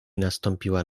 nastąpiła